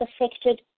affected